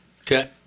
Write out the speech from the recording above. Okay